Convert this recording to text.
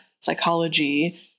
psychology